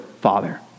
Father